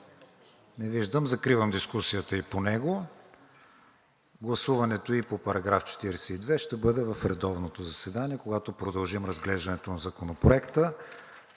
Не виждам. Закривам дискусията и по него. Гласуването и по § 42 ще бъде в редовното заседание, когато продължим разглеждането на Законопроекта.